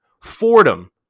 fordham